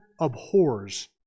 abhors